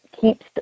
keeps